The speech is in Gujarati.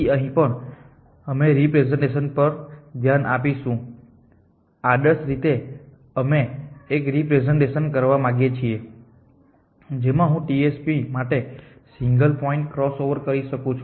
તેથી અહીં પણ અમે રેપ્રેસેંટેશન પર ધ્યાન આપીશું આદર્શ રીતે અમે એક રેપ્રેસેંટેશન કરવા માંગીએ છીએ જેમાં હું TSP માટે સિંગલ પોઇન્ટ ક્રોસઓવર કરી શકું